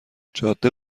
جاده